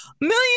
Million